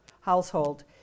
household